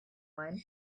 one